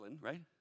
right